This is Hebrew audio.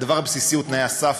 הדבר הבסיסי הוא תנאי הסף.